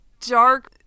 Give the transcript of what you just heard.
dark